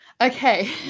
Okay